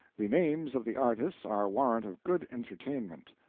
the names of the artists are warrant of good enterrainment.